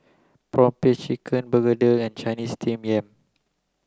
prawn paste chicken Begedil and Chinese steamed yam